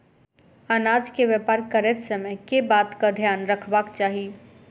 अनाज केँ व्यापार करैत समय केँ बातक ध्यान रखबाक चाहि?